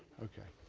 ok,